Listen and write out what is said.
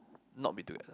not be together